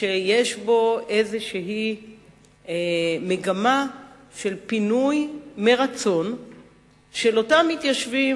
שיש בו איזושהי מגמה של פינוי מרצון של אותם מתיישבים